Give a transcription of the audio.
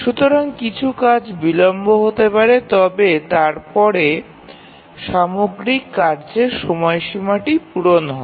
সুতরাং কিছু কাজ বিলম্ব হতে পারে তবে তারপরে সামগ্রিকভাবে কার্যের সময়সীমাটি পূরণ হবে